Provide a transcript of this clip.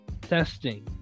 Testing